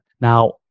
Now